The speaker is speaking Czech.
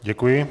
Děkuji.